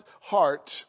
heart